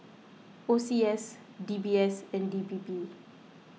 O C S D B S and D P P